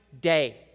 day